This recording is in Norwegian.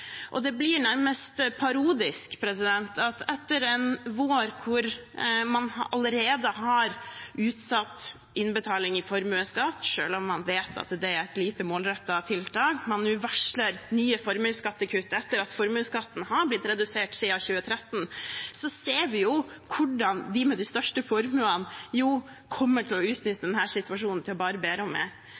Det blir nærmest parodisk at etter en vår hvor man allerede har utsatt innbetaling i formuesskatt, selv om man vet at det er et lite målrettet tiltak, man varsler nå nye formuesskattekutt etter at formuesskatten har blitt redusert siden 2013, ser vi hvordan de med de største formuene jo kommer til å utnytte denne situasjonen til bare å be om mer.